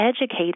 educate